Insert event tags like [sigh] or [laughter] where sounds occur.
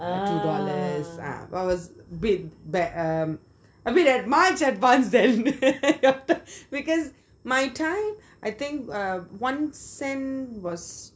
two dollars ah but was bit back um a bit much advance then [laughs] because my time I think uh one cent was